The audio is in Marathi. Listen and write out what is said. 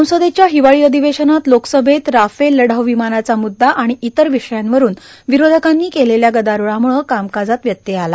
संसदेच्या हिवाळी अधिवेशनात लोकसभेत राफेल लढाऊ विमानाचा मुद्दा आणि इतर विषयांवरुन विरोधकांनी केलेल्या गदारोळामूळ कामकाजात व्यत्यय आला